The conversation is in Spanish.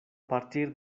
partir